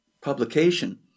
publication